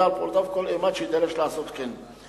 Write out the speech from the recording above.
על פעולותיו כל אימת שיידרש לעשות כן.